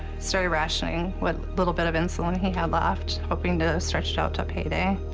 started rationing what little bit of insulin he left hoping to stretch it out till payday.